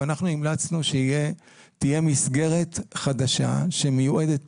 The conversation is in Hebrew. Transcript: ואנחנו המלצנו שתהיה מסגרת חדשה שמיועדת